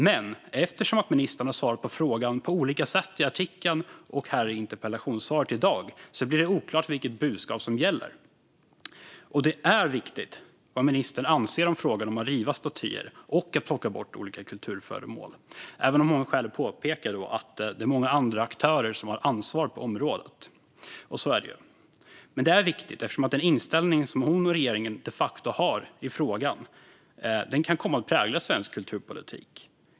Men eftersom ministern svarade på frågan på olika sätt i artikeln och i dagens interpellationssvar är det oklart vilket budskap som gäller. Det är viktigt vad ministern anser i frågan om att riva statyer och plocka bort olika kulturföremål - även om hon mycket riktigt påpekar att det är många andra aktörer som har ansvar på området. Hennes och regeringens inställning är dock viktig eftersom den kan komma att prägla svensk kulturpolitik.